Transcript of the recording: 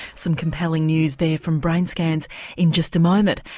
some compelling news there from brain scans in just a moment.